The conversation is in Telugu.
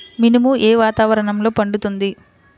మినుము ఏ వాతావరణంలో పండుతుంది?